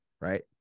Right